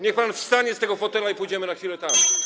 Niech pan wstanie z tego fotela i pójdziemy na chwilę tam.